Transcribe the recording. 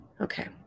Okay